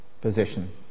position